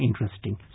interesting